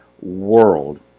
world